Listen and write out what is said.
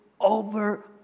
over